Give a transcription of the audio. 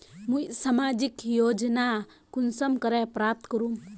मुई सामाजिक योजना कुंसम करे प्राप्त करूम?